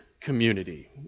community